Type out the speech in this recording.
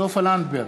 סופה לנדבר,